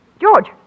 George